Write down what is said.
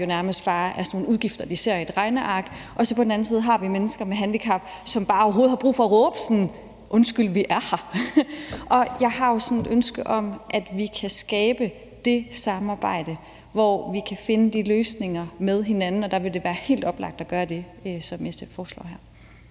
nærmest bare er udgifter, de ser et regneark. På den anden side har vi så mennesker med handicap, som bare har brug for at råbe »undskyld vi er her!«. Jeg har sådan et ønske om, at vi kan skabe det samarbejde, hvor vi kan finde de løsninger med hinanden, og der vil det være helt oplagt at gøre det, som SF foreslår her.